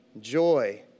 joy